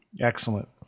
Excellent